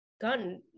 gun